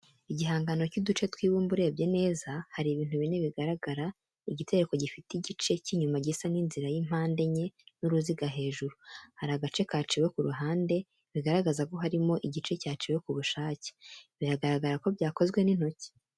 Igihangano cy’uduce tw’ibumba urebye neza, hari ibintu bine bigaragara, igitereko gifite igice cy’inyuma gisa n’inzira y’impande enye n’uruziga hejuru. Hari agace kaciwe ku ruhande, bigaragaza ko harimo igice cyaciwe ku bushake, biragaragara ko byakozwe n’intoki.